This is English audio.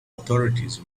authorities